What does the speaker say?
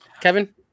Kevin